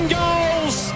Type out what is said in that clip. goals